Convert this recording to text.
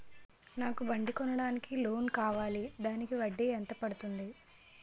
నాకు బండి కొనడానికి లోన్ కావాలిదానికి వడ్డీ ఎంత పడుతుంది?